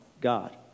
God